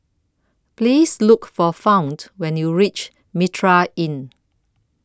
Please Look For Fount when YOU REACH Mitraa Inn